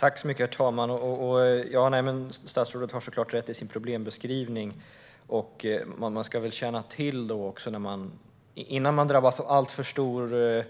Herr talman! Statsrådet har såklart rätt i sin problembeskrivning, och innan man drabbas av alltför stor